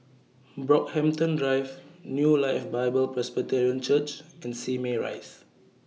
Brockhampton Drive New Life Bible Presbyterian Church and Simei Rise